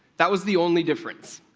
that was the only difference.